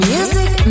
Music